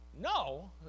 No